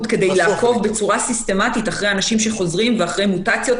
כדי לעקוב בצורה סיסטמתית אחרי אנשים שחוזרים ואחרי מוטציות,